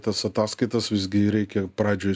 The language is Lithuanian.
tas ataskaitas visgi reikia pradžioj